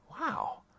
Wow